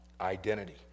identity